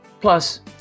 Plus